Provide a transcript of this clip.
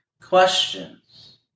questions